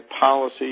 policy